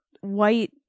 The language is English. white